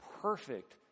perfect